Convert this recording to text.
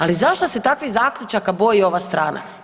Ali zašto se takvih zaključaka boji ova strana?